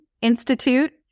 Institute